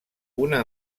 una